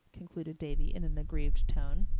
concluded davy in an aggrieved tone.